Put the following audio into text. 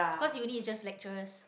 cause uni is just lecturers